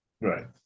right